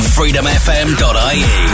FreedomFM.ie